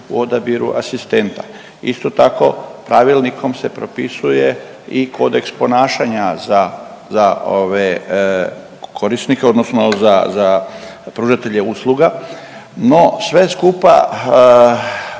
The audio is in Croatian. odabiru asistenta. Isto tako, pravilnikom se propisuje i kodeks ponašanja za, za ove, korisnike odnosno za pružatelje usluga, no sve skupa